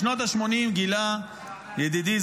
בשנות השמונים גילה ידידי,